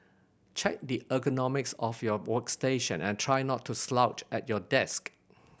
check the ergonomics of your workstation and try not to slouch at your desk